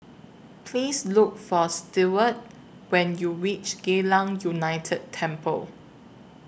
Please Look For Steward when YOU REACH Geylang United Temple